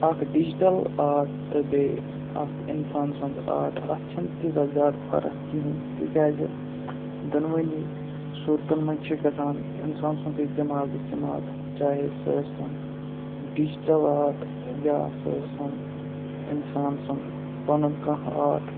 اَکھ digital art تہٕ بیٚیہِ اَکھ اِنسان سُنٛد آرٹ اَتھ چھنہٕ تیٖژاہ زیادٕ فرق کِہیٖنۍ تِکیٛازِ دۄنوٕنی صوٗرتَن منٛز چھِ گژھان اِنسان سُنٛدٕے دٮ۪ماغ استعمال چاہے سُہ ٲسۍ تَن ڈِجٹَل آرٹ یا سُہ ٲسۍ تن اِنسان سُنٛد پَنُن کانٛہہ آرٹ